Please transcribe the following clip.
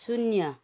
शून्य